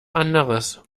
anderes